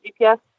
gps